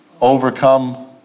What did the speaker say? overcome